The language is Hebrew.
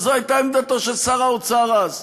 אבל זו הייתה עמדתו של שר האוצר אז,